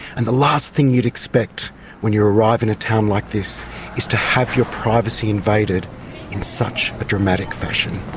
and the last thing you'd expect when you arrive in a town like this is to have your privacy invaded in such a dramatic fashion.